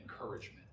encouragement